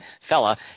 fella